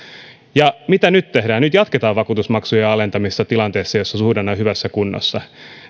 mitä nyt tehdään nyt jatketaan vakuutusmaksujen alentamista tilanteessa jossa suhdanne on hyvässä kunnossa